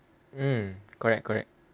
mm correct correct